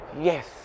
Yes